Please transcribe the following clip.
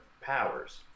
Powers